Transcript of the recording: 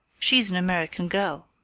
she's an american girl.